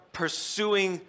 pursuing